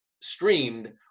streamed